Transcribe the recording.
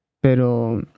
Pero